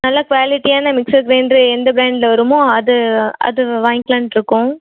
நல்ல குவாலிட்டியான mixer grinder எந்த ப்ராண்ட்டில் வருமோ அது அது வாங்கிக்கலான்டுருக்கோம்